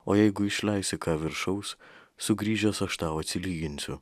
o jeigu išleisi ką viršaus sugrįžęs aš tau atsilyginsiu